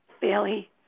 Bailey